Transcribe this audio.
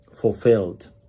fulfilled